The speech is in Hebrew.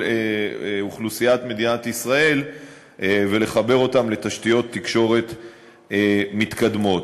אוכלוסיית מדינת ישראל ולחבר אותה לתשתיות תקשורת מתקדמות.